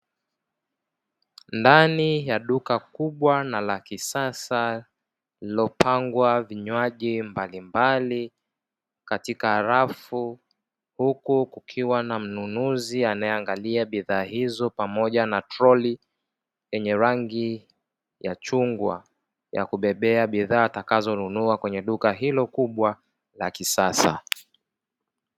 Ndani ya duka kubwa na la kisasa lililopangwa vinywaji mbalimbali katika rafu, huku kukiwa na mnunuzi anayeangalia bidhaa hizo pamoja troli yenye rangi ya chungwa ya kubebea bidhaa atakazonunua kwenye duka hilo kubwa la kisasa.